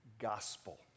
gospel